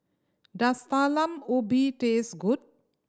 does Talam Ubi taste good